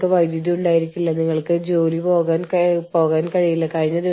നിങ്ങളുടെ പല പ്രവർത്തനങ്ങളും നിങ്ങൾ യാന്ത്രികമാക്കി